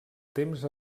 temps